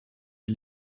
die